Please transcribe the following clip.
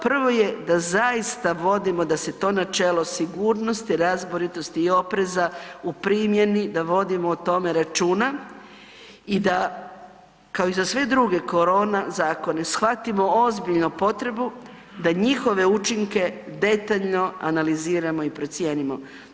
Prvo je da zaista vodimo da se to načelo sigurnosti, razboritosti i opreza u primjeni da vodimo o tome računa i da kao i za sve druge korona zakone shvatimo ozbiljno potrebu da njihove učinke detaljno analiziramo i procijenimo.